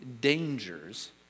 dangers